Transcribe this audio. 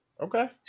Okay